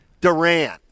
Durant